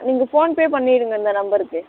நீங்கள் PhonePe பண்ணீருங்க இந்த நம்பருக்கு